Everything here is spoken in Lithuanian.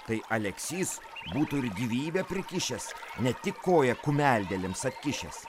tai aleksys būtų ir gyvybę prikišęs ne tik koją kumeldėlėms atkišęs